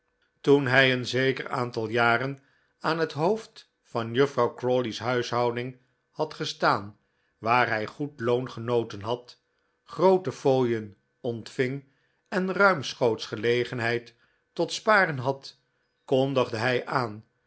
toen hij een zeker aantal jaren aan het hoofd van juffrouw crawley's huishouding had gestaan waar hij goed loon genoten had groote fooien ontving en ruimschoots gelegenheid tot spare n had kondigde hij aan